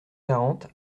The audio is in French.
quarante